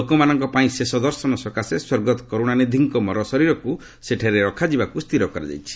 ଲୋକମାନଙ୍କ ପାଇଁ ଶେଷ ଦର୍ଶନ ସକାଶେ ସ୍ୱର୍ଗତ କରୁଣାନିଧିଙ୍କ ମର ଶରୀରକୁ ସେଠାରେ ରଖାଯିବାକୁ ସ୍ଥିର କରାଯାଇଛି